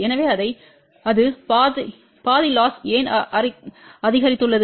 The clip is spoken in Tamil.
எனவே அது பாதை லொஸ் ஏன் அதிகரித்துள்ளது